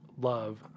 love